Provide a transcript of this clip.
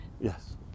yes